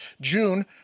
June